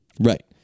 Right